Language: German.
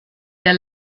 der